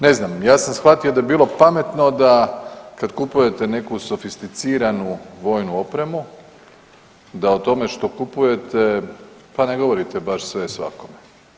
Ne znam, ja sam shvatio da bi bilo pametno da kad kupujete neku sofisticiranu vojnu opremu, da o tome što kupujete pa ne govorite baš sve i svakome.